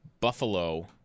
Buffalo